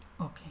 okay